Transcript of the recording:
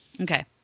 Okay